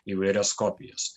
įvairias kopijas